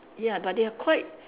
ya but they are quite